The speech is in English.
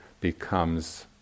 becomes